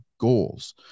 Goals